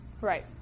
Right